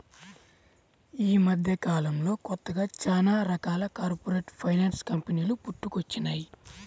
యీ మద్దెకాలంలో కొత్తగా చానా రకాల కార్పొరేట్ ఫైనాన్స్ కంపెనీలు పుట్టుకొచ్చినియ్యి